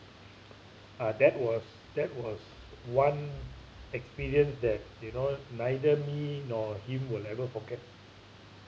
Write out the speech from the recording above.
ah that was that was one experience that you know neither me nor him will ever forget